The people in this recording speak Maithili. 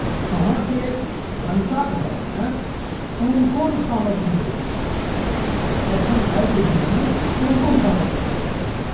अहाँकेँ भन्सा घरमे कोन कोन सामग्री रहैत अछि एखन आइके दिनमे कोन कोन सामग्री अहि अहाँकेँ भन्सा घरमे